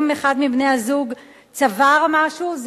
אם אחד מבני-הזוג צבר משהו,